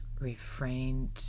refrained